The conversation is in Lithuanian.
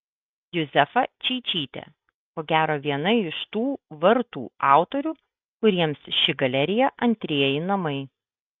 juzefa čeičytė ko gero viena iš tų vartų autorių kuriems ši galerija antrieji namai